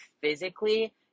physically